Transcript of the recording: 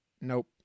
nope